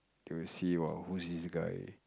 they will see !wow! who's this guy